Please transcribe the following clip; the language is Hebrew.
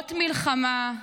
"במדורות מלחמה,